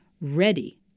ready